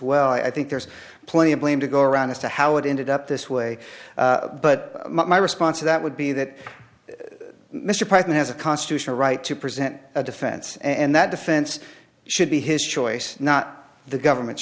well i think there's plenty of blame to go around as to how it ended up this way but my response to that would be that mr president has a constitutional right to present a defense and that defense should be his choice not the government's